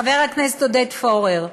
חבר הכנסת עודד פורר,